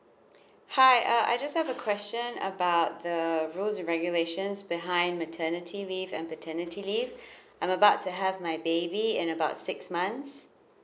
hi uh just have a question about the rules regulations behind maternity leave and paternity leave I'm about to have my baby and about six months